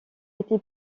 était